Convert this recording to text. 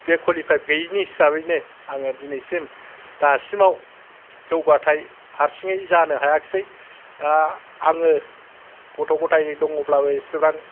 बे कुलालिफाइद गैयैनि हिसाबैनो आङो दिनैसिम दासिमाव जौगाथाय हारसिङै जानो हायासै दा आङो गथ' ग'थाय दङब्लाबो इसिबां